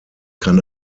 kann